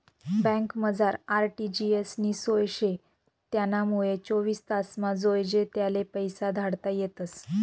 बँकमझार आर.टी.जी.एस नी सोय शे त्यानामुये चोवीस तासमा जोइजे त्याले पैसा धाडता येतस